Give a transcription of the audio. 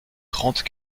trente